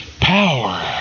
power